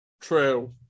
true